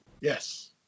Yes